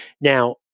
Now